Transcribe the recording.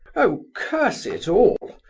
oh, curse it all,